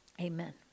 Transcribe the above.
Amen